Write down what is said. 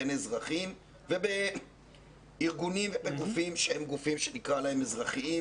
בין אזרחים ובארגונים וגופים שהם גופים שנקרא להם אזרחיים,